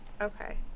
Okay